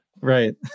Right